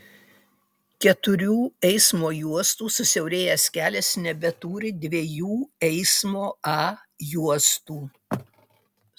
keturių eismo juostų susiaurėjęs kelias nebeturi dviejų eismo a juostų